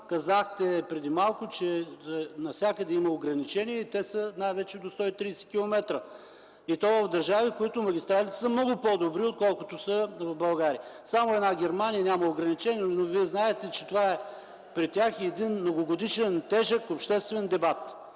казахте преди малко, че навсякъде има ограничения и те са най-вече до 130 километра, и то в държави, където магистралите са много по-добри, отколкото са в България. Само в Германия няма ограничения, но знаете, че при тях това е един многогодишен тежък обществен дебат.